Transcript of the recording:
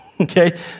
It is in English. Okay